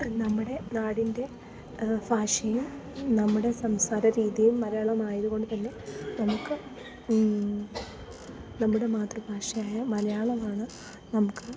നമ്മുടെ നാടിൻ്റെ ഭാഷയും നമ്മുടെ സംസാര രീതിയും മലയാളമായത് കൊണ്ട് തന്നെ നമുക്ക് നമ്മുടെ മാതൃഭാഷയായ മലയാളമാണ് നമുക്ക്